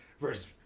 versus